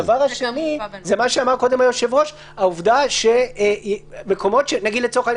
-- הדבר השני הוא מה שאמר קודם היושב-ראש העובדה שלצורך העניין